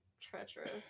treacherous